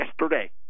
yesterday